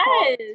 Yes